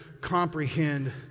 comprehend